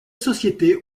société